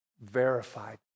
verified